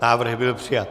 Návrh byl přijat.